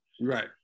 Right